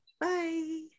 Bye